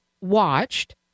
watched